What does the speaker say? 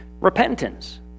repentance